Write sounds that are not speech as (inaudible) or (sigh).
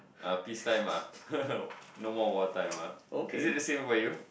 ah peace time ah (laughs) no more war time ah is it the same for you